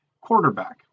quarterback